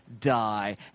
die